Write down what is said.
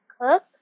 cook